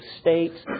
states